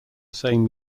same